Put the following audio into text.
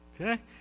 okay